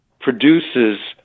produces